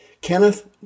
Kenneth